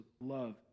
love